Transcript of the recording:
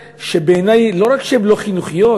שבעיני לא רק שהן לא חינוכיות,